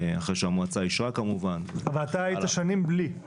אחרי שהמועצה אישרה כמובן --- אתה היית שנים בלי.